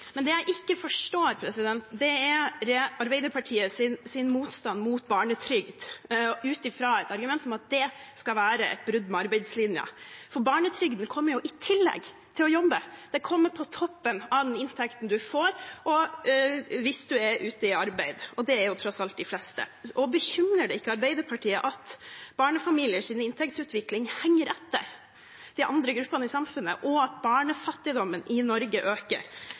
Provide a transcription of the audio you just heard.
Men det jeg ikke forstår, er Arbeiderpartiets motstand mot barnetrygd ut fra et argument om at det skal være et brudd med arbeidslinjen. Barnetrygden kommer jo i tillegg til å jobbe, den kommer på toppen av den inntekten en får hvis en er ute i arbeid, og det er tross alt de fleste. Bekymrer det ikke Arbeiderpartiet at barnefamiliers inntektsutvikling henger etter de andre gruppene i samfunnet, og at barnefattigdommen i Norge øker?